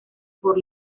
por